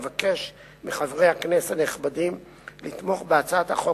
אבקש מחברי הכנסת הנכבדים לתמוך בהצעת החוק